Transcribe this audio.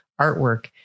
artwork